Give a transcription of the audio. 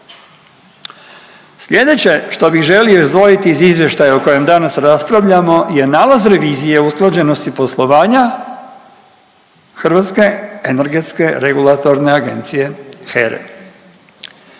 Slijedeće što bih želio izdvojiti iz izvještaja o kojem danas raspravljamo je nalaz revizije o usklađenosti poslovanja Hrvatske energetske regulatorne agencije HERE.